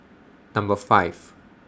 Number five